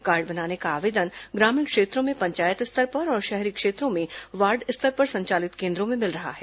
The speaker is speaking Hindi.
कार्ड बनाने का आवेदन ग्रामीण क्षेत्रों में पंचायत स्तर पर और शहरी क्षेत्रों में वार्ड स्तर पर संचालित केन्द्रों में मिल रहा है